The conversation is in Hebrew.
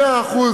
100%,